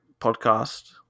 podcast